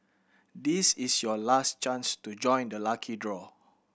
this is your last chance to join the lucky draw